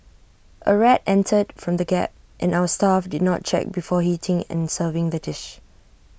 A rat entered from the gap and our staff did not check before heating and serving the dish